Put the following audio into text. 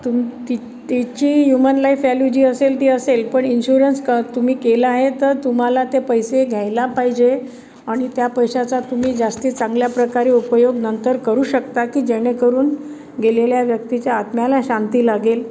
तुम ती तिची ह्युमन लाईफ वॅल्यू जी असेल ती असेल पण इन्शुरन्स क तुम्ही केला आहे तर तुम्हाला ते पैसे घ्यायला पाहिजे आणि त्या पैशाचा तुम्ही जास्त चांगल्या प्रकारे उपयोग नंतर करू शकता की जेणेकरून गेलेल्या व्यक्तीच्या आत्म्याला शांती लाभेल